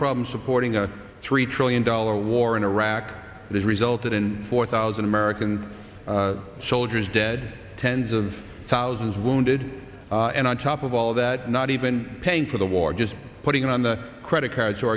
problem supporting a three trillion dollar war in iraq that resulted in four thousand american soldiers dead tens of thousands wounded and on top of all of that not even paying for the war just putting it on the credit card